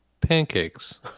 pancakes